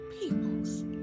peoples